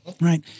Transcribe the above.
Right